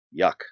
Yuck